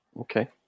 okay